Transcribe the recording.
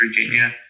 Virginia